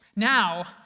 Now